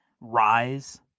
rise